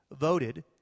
voted